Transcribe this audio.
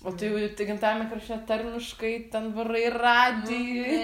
o tai jau i tai gimtajame krašte tarmiškai ten varai radijuj